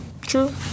true